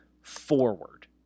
forward